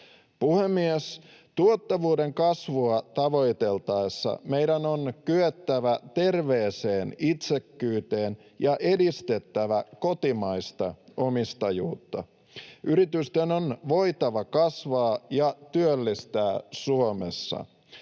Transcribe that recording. Puhemies! Tuottavuuden kasvua tavoiteltaessa on meidän kyettävä terveeseen itsekkyyteen ja edistettävä kotimaista omistajuutta. Yritysten on voitava kasvaa ja työllistää Suomessa.